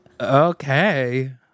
Okay